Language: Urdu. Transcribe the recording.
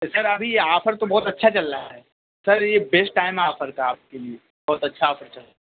تو سر ابھی آفر تو بہت اچھا چل رہا ہے سر یہ بیسٹ ٹائم آفر تھا آپ کے لیے بہت اچھا آفر چل رہا ہے